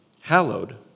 hallowed